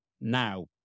Now